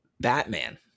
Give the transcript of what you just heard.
Batman